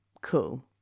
cool